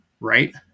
right